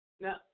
Now